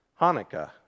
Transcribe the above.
Hanukkah